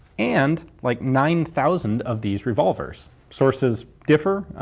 and like nine thousand of these revolvers. sources differ,